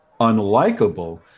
unlikable